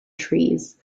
trees